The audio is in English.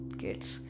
kids